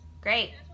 Great